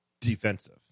defensive